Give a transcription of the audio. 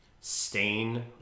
stain